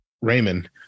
Raymond